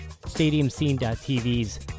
StadiumScene.tv's